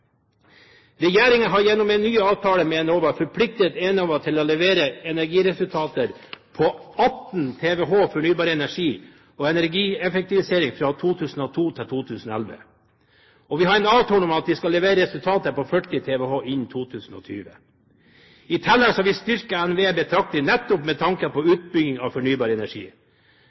Regjeringen har gjennom en ny avtale med Enova forpliktet Enova til å levere energiresultater på 18 TWh fornybar energi og energieffektivisering fra 2002 til 2011. Og vi har en avtale om at de skal levere resultater på 40 TWh innen 2020. I tillegg har vi styrket NVE betraktelig nettopp med tanke på utbyggingen av fornybar energi.